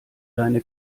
deine